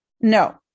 No